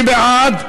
מי בעד?